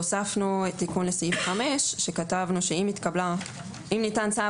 הוספנו את תיקון לסעיף 5 וכתבנו שאם ניתן צו